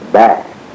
back